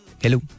Hello